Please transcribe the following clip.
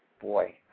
boy